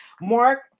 Mark